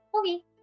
Okay